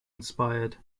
inspired